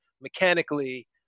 mechanically